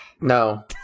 No